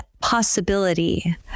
possibility